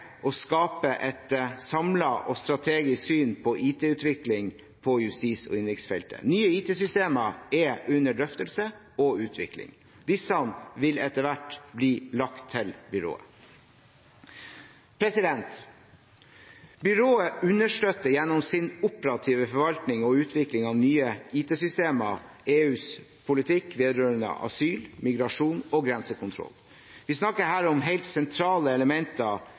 å skape et samlet og strategisk syn på IT-utvikling på justis- og innenriksfeltet. Nye IT-systemer er under drøftelse og utvikling. Disse vil etter hvert bli lagt til Byrået. Byrået understøtter gjennom sin operative forvaltning og utvikling av nye IT-systemer EUs politikk vedrørende asyl, migrasjon og grensekontroll. Vi snakker her om helt sentrale elementer